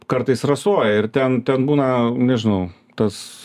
kartais rasoja ir ten ten būna nežinau tas